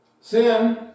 Sin